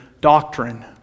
doctrine